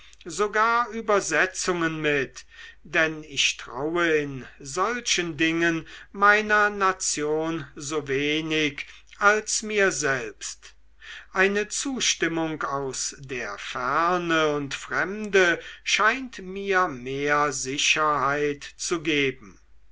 sogar übersetzungen mit denn ich traue in solchen dingen meiner nation so wenig als mir selbst eine zustimmung aus der ferne und fremde scheint mir mehr sicherheit zu geben